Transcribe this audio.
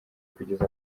kugeza